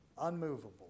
unmovable